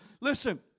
Listen